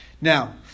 Now